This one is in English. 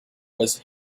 was